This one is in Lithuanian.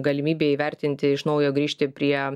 galimybė įvertinti iš naujo grįžti prie